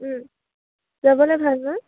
যাবলে ভাল ন